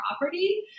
property